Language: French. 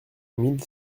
mille